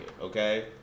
okay